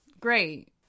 Great